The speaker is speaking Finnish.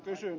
kysyn